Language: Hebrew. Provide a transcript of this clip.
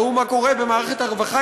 ראו מה קורה במערכת הרווחה,